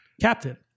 captain